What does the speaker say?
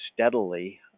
steadily